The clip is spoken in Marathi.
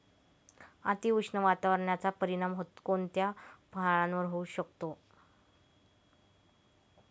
अतिउष्ण वातावरणाचा परिणाम कोणत्या फळावर होऊ शकतो?